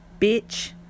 bitch